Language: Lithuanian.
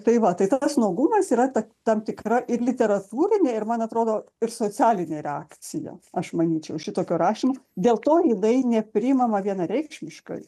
tai va tai tas nuogumas yra ta tam tikra ir literatūrinė ir man atrodo ir socialinė reakcija aš manyčiau šitokio rašymo dėl to jinai nepriimama vienareikšmiškai